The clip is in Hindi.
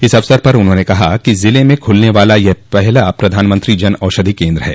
इस अवसर पर उन्होंने कहा कि जिले में खुलने वाला यह पहला प्रधानमंत्री जन औषधि कन्द्र है